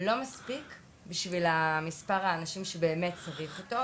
לא מספיק בשביל המספר של האנשים שבאמת צריך אותו,